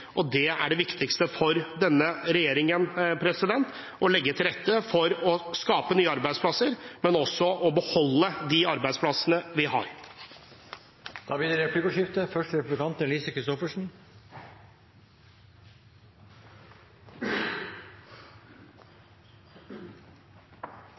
Det er det viktigste for denne regjeringen: å legge til rette for å skape nye arbeidsplasser, men også å beholde de arbeidsplassene vi har. Det blir replikkordskifte.